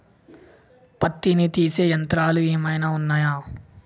పత్తిని తీసే యంత్రాలు ఏమైనా ఉన్నయా?